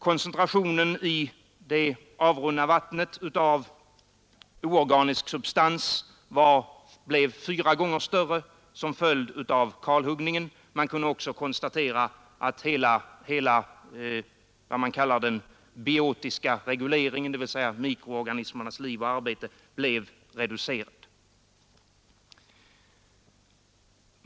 Koncentrationen i det avrunna vattnet av oorganisk substans blev fyra gånger större som följd av kalhuggningen. Man kunde också konstatera att hela den biotiska regleringen — dvs. mikroorganismernas liv och arbete — blev reducerad.